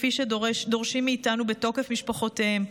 כפי שדורשות מאיתנו בתוקף משפחותיהם,